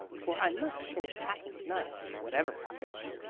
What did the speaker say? for i must finish packing to-night, whatever happens.